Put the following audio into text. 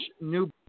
new